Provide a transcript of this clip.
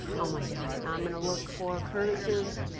oh my god. i'm going to look for curtis's.